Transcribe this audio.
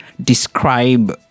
describe